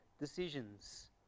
decisions